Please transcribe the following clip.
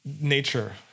nature